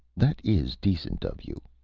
that is decent of you.